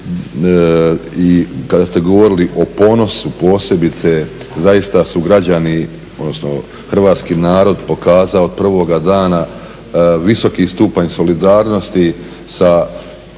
i kada ste govorili o ponosu, posebice zaista su građani odnosno hrvatski narod pokazao od prvoga dana visoki stupanj solidarnosti sa